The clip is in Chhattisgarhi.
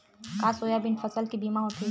का सोयाबीन फसल के बीमा होथे?